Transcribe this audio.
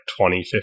2050